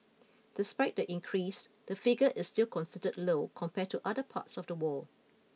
despite the increase the figure is still considered low compared to other parts of the world